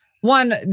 one